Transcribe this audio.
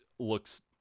looks